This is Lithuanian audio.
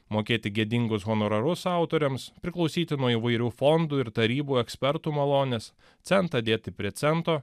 mokėti gėdingus honorarus autoriams priklausyti nuo įvairių fondų ir tarybų ekspertų malonės centą dėti prie cento